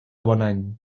bonany